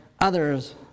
others